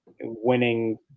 winning